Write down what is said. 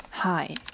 Hi